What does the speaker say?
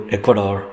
Ecuador